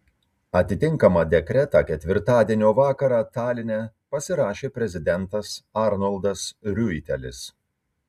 atitinkamą dekretą ketvirtadienio vakarą taline pasirašė prezidentas arnoldas riuitelis